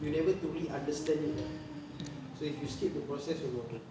you never truly understand it ah so if you skip the process memang